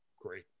Great